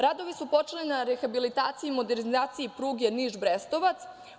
Radovi su počeli i na rehabilitaciji i modernizaciji pruge Niš – Brestovac.